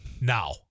now